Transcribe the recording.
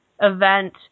event